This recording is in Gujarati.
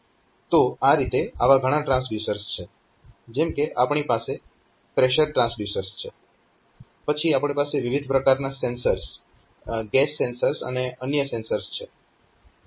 તો આ રીતે આવા ઘણા ટ્રાન્સડ્યુસર્સ છે જેમ કે આપણી પાસે પ્રેશર ટ્રાન્સડ્યુસર્સ છે પછી આપણી પાસે વિવિધ પ્રકારના સેન્સર્સ ગેસ સેન્સર્સ અને અન્ય સેન્સર્સ છે